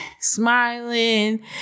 smiling